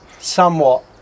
somewhat